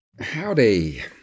Howdy